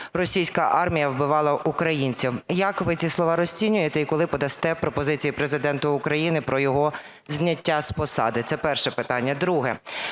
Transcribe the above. російська армія вбивала українців. Як ви ці слова розцінюєте? І коли подасте пропозиції Президенту України про його зняття з посади? Друге.